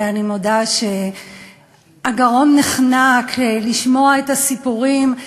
ואני מודה שהגרון נחנק לשמע הסיפורים.